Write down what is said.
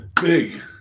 Big